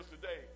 today